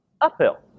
uphill